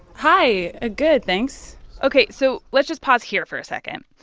hi. ah good, thanks ok. so let's just pause here for a second.